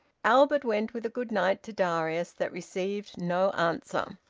albert went, with a good night to darius that received no answer.